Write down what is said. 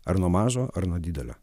ar nuo mažo ar nuo didelio